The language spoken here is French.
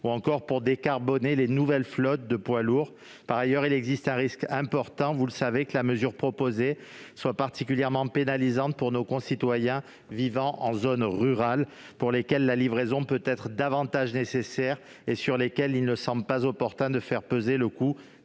ou encore à décarboner les nouvelles flottes de poids lourds, ont ainsi été adoptés en commission. Par ailleurs, il existe un risque important, vous le savez, que la mesure proposée ne soit particulièrement pénalisante pour nos concitoyens vivant en zone rurale, pour lesquels la livraison peut-être davantage nécessaire et sur lesquels il ne semble pas opportun de faire peser le coût